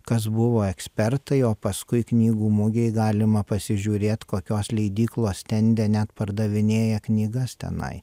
kas buvo ekspertai o paskui knygų mugėj galima pasižiūrėt kokios leidyklos stende net pardavinėja knygas tenai